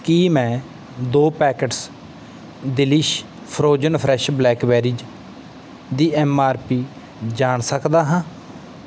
ਕੀ ਮੈਂ ਦੋ packets Delish frozen fresh blackberries ਦੀ ਐੱਮ ਆਰ ਪੀ ਜਾਣ ਸਕਦਾ ਹਾਂ